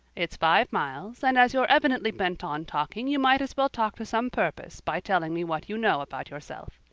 it's five miles and as you're evidently bent on talking you might as well talk to some purpose by telling me what you know about yourself.